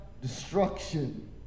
destruction